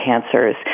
cancers